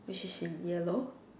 which is in yellow